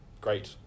great